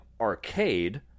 arcade